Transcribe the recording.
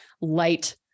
light